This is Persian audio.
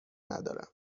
ندارم